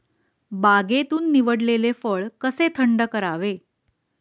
बागेतून निवडलेले फळ कसे थंड करावे?